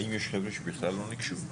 האם יש חבר'ה שבכלל לא ניגשו?